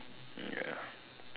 ya